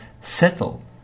settle